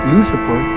Lucifer